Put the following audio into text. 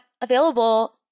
available